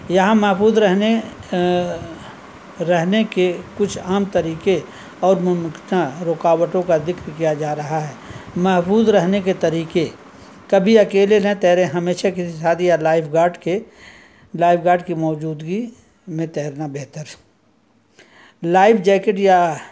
یہاں محفوظ رہنے رہنے کے کچھ عام طریقے اور ممکنہ رکاوٹوں کا ذکر کیا جا رہا ہے محفوظ رہنے کے طریقے کبھی اکیلے نہ تیرے ہمیشہ کسی ساتھی یا لائف گارڈ کے لائف گارڈ کی موجودگی میں تیرنا بہتر لائف جیکٹ یا